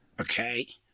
Okay